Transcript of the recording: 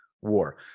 war